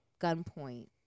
gunpoint